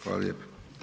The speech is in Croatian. Hvala lijepo.